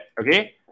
okay